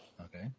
Okay